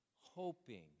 hoping